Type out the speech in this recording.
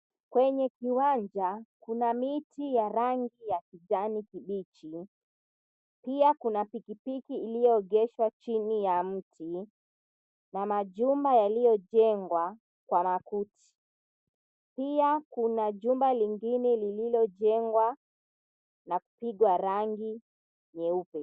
Kwenye uwanja kuna miti ya rangi ya kijani kibichi. Pia kuna pikipiki iliyoegeshwa chini ya mti na majumba yaliyojengwa kwa makuti. Pia kuna jumba lingine liliyojengwa na kupigwa rangi nyeupe.